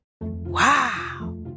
Wow